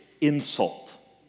insult